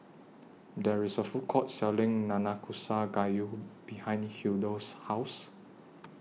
There IS A Food Court Selling Nanakusa Gayu behind Hildur's House